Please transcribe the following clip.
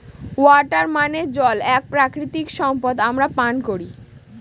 water মানে জল এক প্রাকৃতিক সম্পদ আমরা পান করি